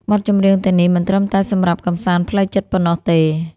បទចម្រៀងទាំងនេះមិនត្រឹមតែសំរាប់កម្សាន្តផ្លូវចិត្តប៉ុណ្ណោះទេ